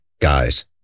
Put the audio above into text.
guys